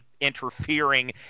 interfering